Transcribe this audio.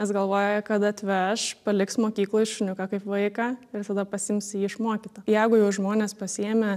nes galvoja kad atveš paliks mokykloj šuniuką kaip vaiką ir tada pasiims jį išmokytą jeigu jau žmonės pasiėmė